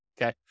okay